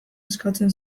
eskatzen